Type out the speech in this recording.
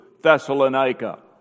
Thessalonica